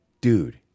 Dude